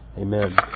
Amen